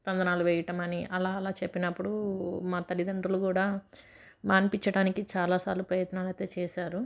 తందనాలు వేయటం అని అలా అలా చెప్పినప్పుడు మా తల్లిదండ్రులు కూడా మానిపించడానికి చాలా సార్లు ప్రయత్నలు అయితే చేశారు